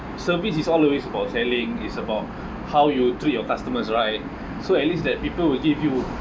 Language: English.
service is all always about selling is about how you treat your customers right so at least that people will give you